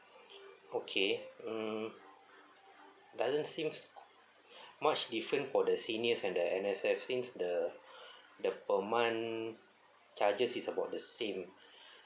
okay mm doesn't seems much different for the seniors and the N_S_F since the the per month charges is about the same